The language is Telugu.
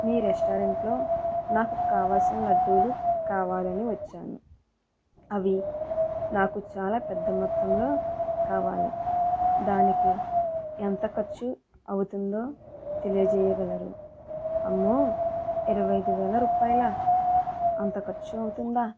మీ రెస్టారెంట్లో నాకు కావాల్సిన లడ్లు కావాలని వచ్చాను అవి నాకు చాలా పెద్ద మొత్తంలో కావాలి దానికి ఎంత ఖర్చు అవుతుందో తెలియచేయగలరు అమ్మో ఇరవై ఐదు వేల రూపాయల అంత ఖర్చు అవుతుందా